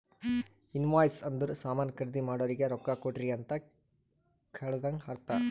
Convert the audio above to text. invoice ಅಂದುರ್ ಸಾಮಾನ್ ಖರ್ದಿ ಮಾಡೋರಿಗ ರೊಕ್ಕಾ ಕೊಡ್ರಿ ಅಂತ್ ಕಳದಂಗ ಅರ್ಥ